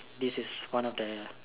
this is one of the